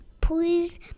Please